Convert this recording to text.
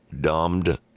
dumbed